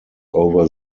over